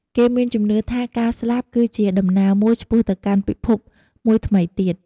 គេមានជំនឿថាការស្លាប់ គឺជាដំណើរមួយឆ្ពោះទៅកាន់ពិភពមួយថ្មីទៀត។